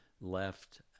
left